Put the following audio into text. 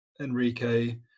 Enrique